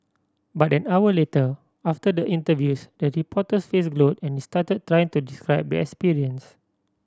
but an hour later after the interviews the reporter's face glowed and stuttered trying to describe the experience